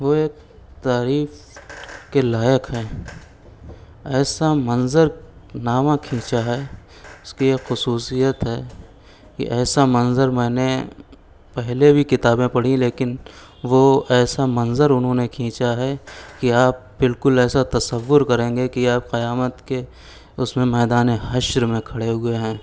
وہ ایک تعریف کے لائق ہے ایسا منظرنامہ کھینچا ہے اس کے خصوصیت ہے کہ ایسا منظر میں نے پہلے بھی کتابیں پڑھی ہیں لیکن وہ ایسا منظر انہوں نے کھینچا ہے کہ آپ بالکل ایسا تصور کریں گے کہ آپ قیامت کے اس میں میدان حشر میں کھڑے ہوئے ہیں